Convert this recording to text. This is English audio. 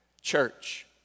Church